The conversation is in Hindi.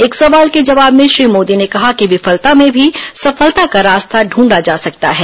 एक सवाल के जवाब में श्री मोदी ने कहा कि विफलता में भी सफलता का रास्ता ढूंढा जा सकता है